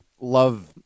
love